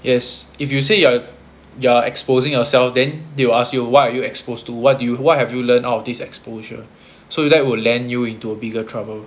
yes if you say you're you're exposing yourself then they will ask you why you exposed to what do you what have you learnt all of this exposure so that would land you into a bigger trouble